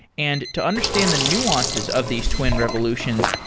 and to understand the nuances of these twin revolutions,